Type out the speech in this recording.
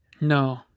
No